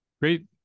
great